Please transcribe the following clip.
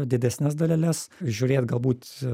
didesnes daleles žiūrėt galbūt